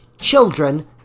children